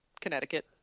connecticut